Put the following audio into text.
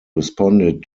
responded